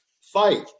Fight